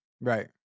Right